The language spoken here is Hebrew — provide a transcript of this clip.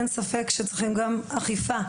אין ספק שצריכים גם אכיפה.